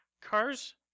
cars